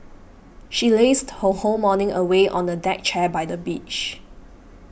she lazed her whole morning away on a deck chair by the beach